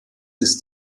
ist